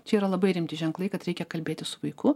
čia yra labai rimti ženklai kad reikia kalbėtis su vaiku